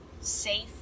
safe